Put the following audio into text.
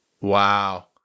Wow